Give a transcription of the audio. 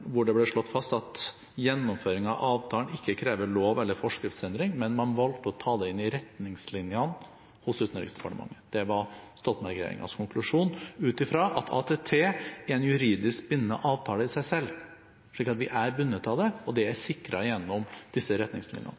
hvor det ble slått fast at gjennomføring av avtalen ikke krever lov- eller forskriftsendring. Men man valgte å ta det inn i retningslinjene hos Utenriksdepartementet. Det var Stoltenberg-regjeringens konkusjon ut ifra at ATT er en juridisk bindende avtale i seg selv. Vi er bundet av det, og det er sikret gjennom disse retningslinjene.